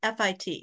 FIT